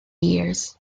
years